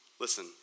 Listen